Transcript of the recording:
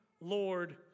lord